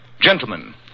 Gentlemen